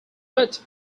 but